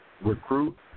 recruit